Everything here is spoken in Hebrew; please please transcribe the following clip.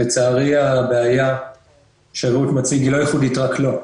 לצערי, הבעיה ש"רעות" מציג היא לא ייחודית רק לו.